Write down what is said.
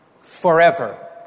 forever